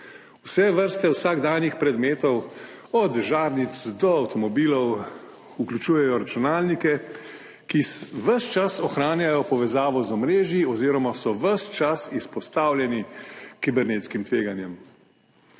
Vse vrste vsakdanjih predmetov, od žarnic do avtomobilov, vključujejo računalnike, ki ves čas ohranjajo povezavo z omrežji oziroma so ves čas izpostavljeni kibernetskim tveganjem.